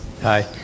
Hi